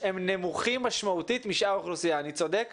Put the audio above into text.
אתה אמור להיות עם מסכות ואתה באוויר הפתוח.